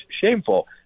shameful